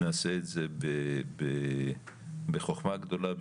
נעשה את זה בחוכמה גדולה,